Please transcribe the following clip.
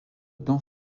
dans